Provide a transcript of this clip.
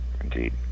Indeed